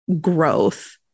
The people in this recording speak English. growth